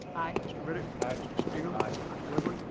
aye. mr. riddick. aye. mr. smigiel. aye. dr. whibley.